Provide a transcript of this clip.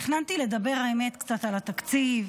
תכננתי לדבר קצת על התקציב,